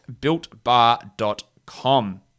builtbar.com